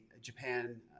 Japan